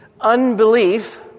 unbelief